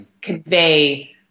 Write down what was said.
convey